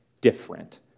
different